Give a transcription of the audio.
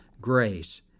grace